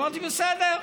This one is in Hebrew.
אמרתי: בסדר,